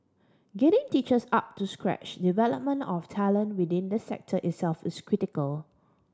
getting teachers up to scratch development of talent within this sector itself is critical